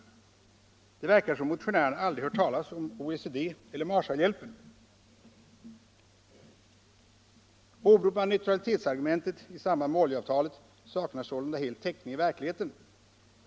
Det verkar som om motionärerna aldrig hört talas om OECD eller Marshallhjälpen. Åberopande av neutralitetsargumentet i samband med oljeavtalet saknar sålunda helt täckning i verkligheten.